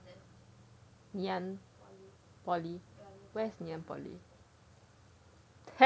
ngee ann poly where is ngee ann poly